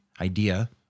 idea